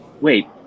Wait